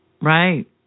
Right